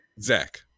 zach